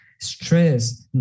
Stress